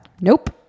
Nope